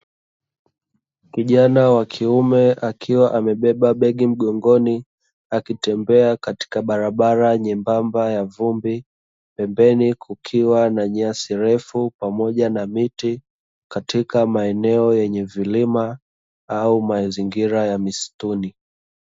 Kijana wa kiume akiwa amebeba begi mgongoni akitembea katika barabara nyembamba ya vumbi, pembeni kukiwa na nyasi refu pamoja na miti katika maeneo yenye vilima au mazingira ya misituni.